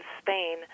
Spain